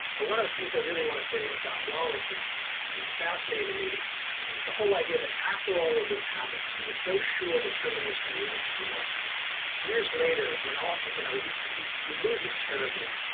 but one of the things i really want to say about wallace is it fascinated me is the whole idea that after all of this happened he was so sure that truman was going to lead us to war years later when all you know, he he he loses terribly